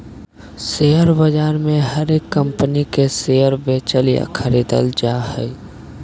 share बाजार मे हरेक कम्पनी के शेयर बेचल या खरीदल जा हय